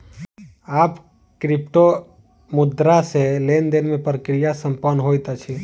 आब क्रिप्टोमुद्रा सॅ लेन देन के प्रक्रिया संपन्न होइत अछि